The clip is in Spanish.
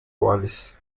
ovales